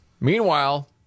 Meanwhile